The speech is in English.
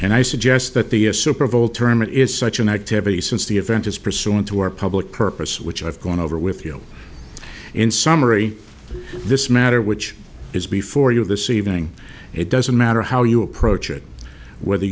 and i suggest that the super bowl term is such an activity since the event is pursuant to our public purpose which i've gone over with you in summary this matter which is before you this evening it doesn't matter how you approach it whether